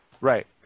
Right